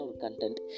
content